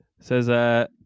says